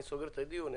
אני סוגר את הדיון.